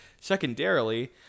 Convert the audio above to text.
Secondarily